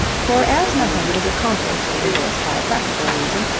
for as nothing is accomplished in this by practical reason,